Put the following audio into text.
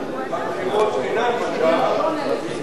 שהבחירות אינן בשער ויתקיימו במועדן בחודש נובמבר,